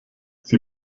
sie